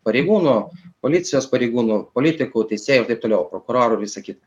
pareigūnų policijos pareigūnų politikų teisėjų ir taip toliau prokurorų visa kita